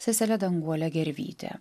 sesele danguole gervyte